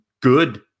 good